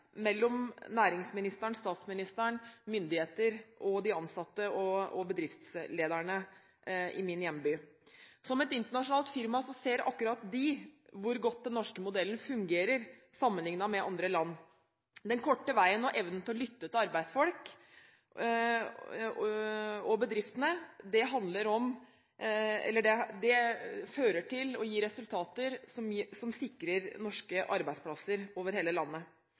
mellom næringsministeren, statsministeren, myndigheter og de ansatte og bedriftslederne i min hjemby. Som et internasjonalt firma ser akkurat de hvor godt den norske modellen fungerer sammenlignet med andre land. Den korte veien og evnen til å lytte til arbeidsfolk og bedriftene fører til og gir resultater som sikrer norske arbeidsplasser over hele landet.